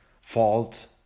fault